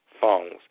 phones